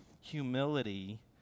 humility